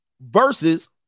versus